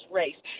race